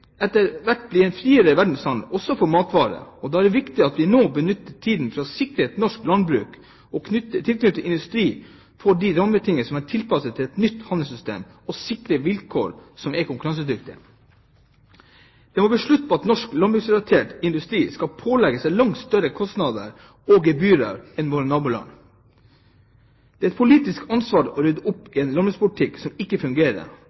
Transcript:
etter hvert bli en friere verdenshandel også for matvarer, og da er det viktig at vi nå benytter tiden til å sikre at norsk landbruk og tilknyttet industri får de rammebetingelser som er tilpasset et nytt handelssystem, og sikres vilkår som er konkurransedyktige. Det må bli slutt på at norsk landbruksrelatert industri skal pålegges langt større kostnader og gebyrer enn våre naboland. Det er et politisk ansvar å rydde opp i en landbrukspolitikk som ikke fungerer.